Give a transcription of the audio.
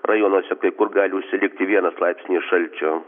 rajonuose kai kur gali užsilikti vienas laipsnis šalčio